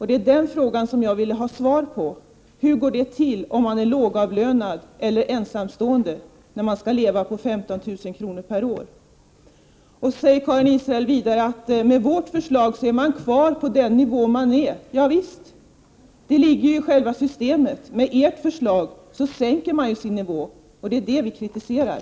Det är den frågan som jag vill ha svar på: Hur går det till, om man är lågavlönad eller ensamstående, när man skall leva på 15 000 kr. per år? Karin Israelsson säger vidare att med vårt förslag är man kvar på den nivå där man är. Ja visst, det ligger i själva systemet. Med ert förslag sänker man sin nivå, och det är det vi kritiserar.